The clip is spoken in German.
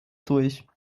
durch